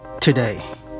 Today